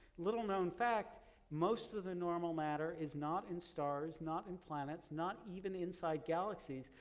little known fact most of the normal matter is not in stars, not in planets, not even inside galaxies,